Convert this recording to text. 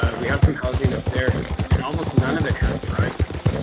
ah we have some housing up there and almost none of it has driveways,